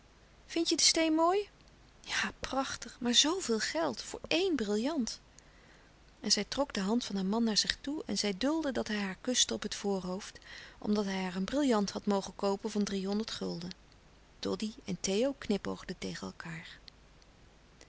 vindt je den steen mooi ja prachtig maar zoo veel geld voor één brillant en zij trok de hand van haar man naar zich toe en zij duldde dat hij haar kuste op het voorhoofd omdat hij haar een brillant had mogen koopen van drie honderd gulden doddy en theo knipoogden tegen elkaâr